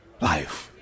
life